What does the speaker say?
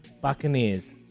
Buccaneers